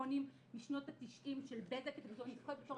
טלפונים משנות ה-90 של "בזק" אני זוכרת בתור